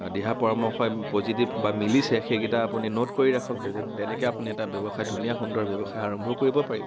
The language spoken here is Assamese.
দিহা পৰামৰ্শই পজিটিভ বা মিলিছে সেইকেইটা আপুনি নোট কৰি ৰাখক তেনে তেনেকে আপুনি এটা ব্যৱসায় এটা ধুনীয়া সুন্দৰ ব্যৱসায় আৰম্ভ কৰিব পাৰিব